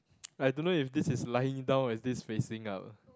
I don't know if this is lying down or is this facing up